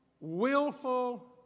willful